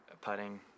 putting